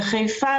בחיפה,